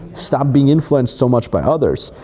stop being influenced so much by others.